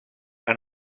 han